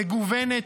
מגוונת,